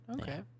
Okay